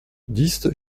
dix